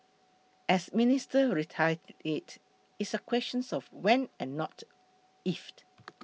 as Minister reiterated it's a questions of when and not if